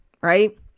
Right